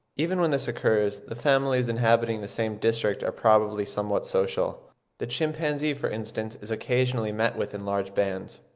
even when this occurs, the families inhabiting the same district are probably somewhat social the chimpanzee, for instance, is occasionally met with in large bands.